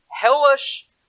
hellish